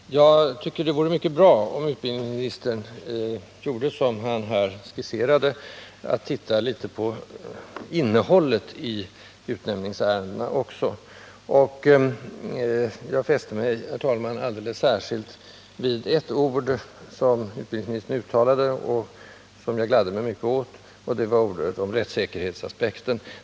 Herr talman! Jag tycker att det vore mycket bra om utbildningsministern gjorde som han här har skisserat, dvs. också något gick in på innehållet i utnämningsärendena. Jag fäste mig alldeles särskilt vid ett av de ord som utbildningsministern använde, nämligen rättssäkerheten, och jag gladde mig mycket åt att han tog upp den aspekten.